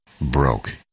broke